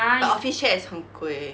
the office chair is 很贵